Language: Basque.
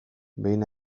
behin